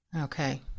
Okay